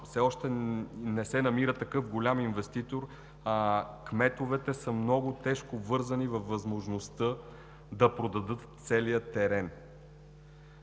все още не се намира такъв голям инвеститор, а кметовете са много тежко вързани във възможността да продадат целия терен.